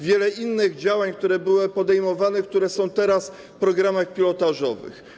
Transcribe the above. Wiele innych działań, które były podejmowane, które są teraz w programach pilotażowych.